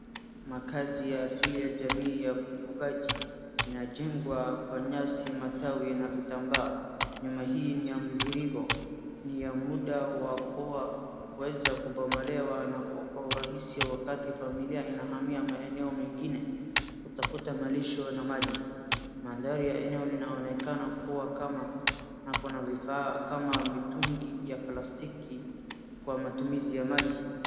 Makazi ya asili ya jamii ya ufungaji inajegwa kwa nyasi, matawi na vitambaa. Nyumba hii ni ya mviringo ni ya muda wa kuwa, kuweza kubomolewa kwa urahisi wakati familia inahamia maeneo mengine kutafuta malisho na maji. Mandhari ya eneo linaonekana kuwa kama kuna vifaa kama mitugi ya plastiki kwa matumizi ya maji.